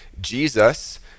Jesus